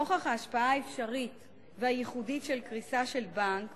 נוכח ההשפעה האפשרית והייחודית של קריסה של בנק